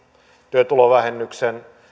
työtulovähennyksen